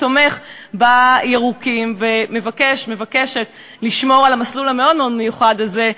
תומך בירוקים ומבקש לשמור על המסלול המאוד-מיוחד הזה,